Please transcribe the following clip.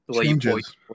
changes